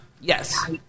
Yes